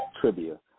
trivia